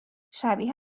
شبیه